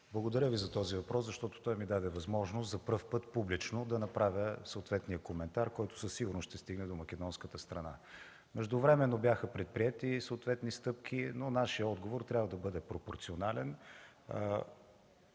Благодаря Ви за този въпрос, защото той ми даде възможност за първи път публично да направя съответния коментар, който със сигурност ще стигне до македонската страна. Междувременно бяха предприети съответни стъпки, но нашият отговор трябва да бъде пропорционален.